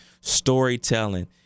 storytelling